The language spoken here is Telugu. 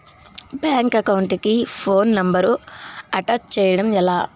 బ్యాంక్ అకౌంట్ కి ఫోన్ నంబర్ అటాచ్ చేయడం ఎలా?